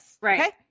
Right